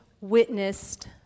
witnessed